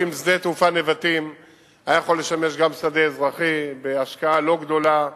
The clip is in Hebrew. אם שדה התעופה נבטים היה יכול לשמש גם שדה אזרחי בהשקעה לא גדולה,